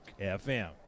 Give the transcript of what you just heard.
FM